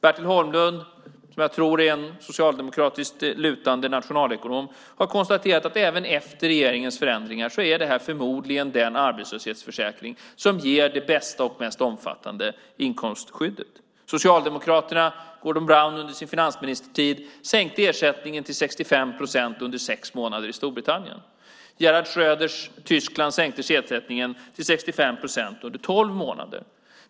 Bertil Holmlund, som är en ekonom som jag tror sympatiserar med Socialdemokraterna, har konstaterat att även efter regeringens förändringar är detta förmodligen den arbetslöshetsförsäkring som ger det bästa och mest omfattande inkomstskyddet. Vad gäller socialdemokratin sänkte Gordon Brown under sin finansministertid ersättningen i Storbritannien till 65 procent under sex månader. I Gerhard Schröders Tyskland sänktes ersättningen till 65 procent under tolv månader.